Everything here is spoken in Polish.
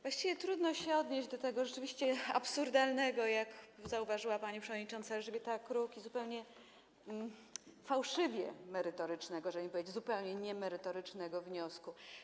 Właściwie trudno się odnieść do tego rzeczywiście absurdalnego, jak zauważyła pani przewodnicząca Elżbieta Kruk, i zupełnie fałszywie merytorycznego, żeby nie powiedzieć: zupełnie niemerytorycznego wniosku.